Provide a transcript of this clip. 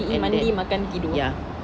P_E mandi makan tidur